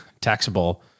taxable